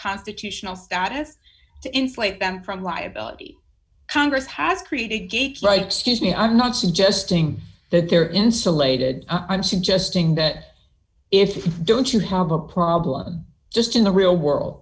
constitutional status to insulate them from liability congress has created gates like scuse me i'm not suggesting that they're insulated i'm suggesting that if you don't you have a problem just in the real world